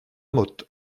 motte